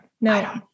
No